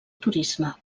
turisme